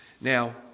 Now